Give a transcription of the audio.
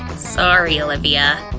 sorry, olivia.